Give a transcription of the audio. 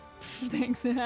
thanks